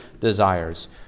desires